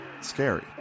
scary